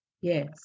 yes